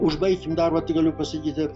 užbaikim darbą tai galiu pasakyti